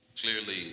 Clearly